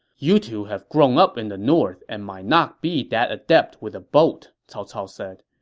you two have grown up in the north and might not be that adept with a boat, cao cao said.